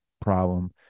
problem